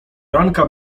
ranka